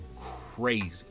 crazy